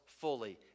fully